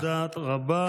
תודה רבה.